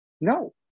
No